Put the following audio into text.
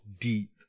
deep